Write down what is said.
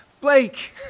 Blake